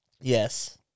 yes